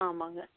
ஆமாங்க